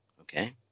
Okay